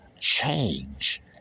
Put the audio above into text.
change